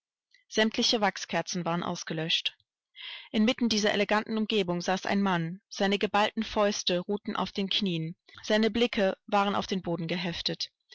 sämtliche wachskerzen waren ausgelöscht inmitten dieser elenden umgebung saß ein mann seine geballten fäuste ruhten auf den knieen seine blicke waren auf den boden geheftet